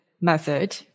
method